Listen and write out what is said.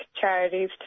charities